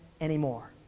anymore